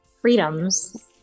freedoms